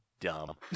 Dumb